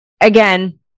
again